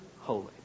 holy